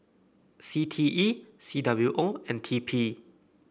C T E C W O and T P